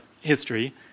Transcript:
history